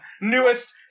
newest